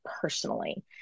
personally